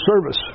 service